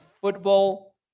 football